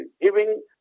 giving